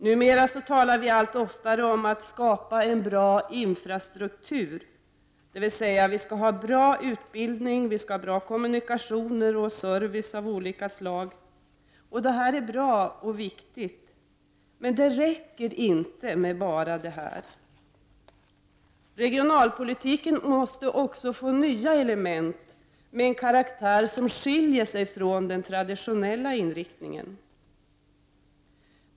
Numera talar vi allt oftare om att skapa en bra infrastruktur, dvs. vi skall ha en bra utbildning, kommunikationer, service m.m. Det är bra och viktigt, men det räcker inte med bara det. Regionalpolitiken måste också få nya element med en karaktär som skiljer sig från den traditionella inriktningen.